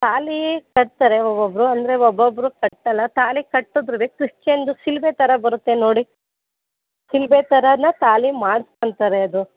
ತಾಳಿ ಕಟ್ತಾರೆ ಒಬ್ಬೊಬ್ಬರು ಅಂದರೆ ಒಬ್ಬೊಬ್ಬರು ಕಟ್ಟಲ್ಲಾ ತಾಳಿ ಕಟ್ಟಿದ್ರೂ ಕ್ರಿಶ್ಚನ್ ಶಿಲ್ಬೆ ಥರ ಬರುತ್ತೆ ನೋಡಿ ಶಿಲ್ಬೆ ಥರ ತಾಳಿ ಮಾಡ್ಸ್ಕೊಂತಾರೆ ಅದು